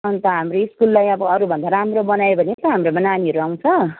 अन्त हाम्रो स्कुललाई अब अरूभन्दा राम्रो बनायो भने त हाम्रोमा नानीहरू आउँछ